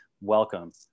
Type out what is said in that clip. welcome